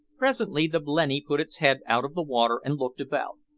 presently the blenny put its head out of the water, and looked about.